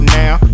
now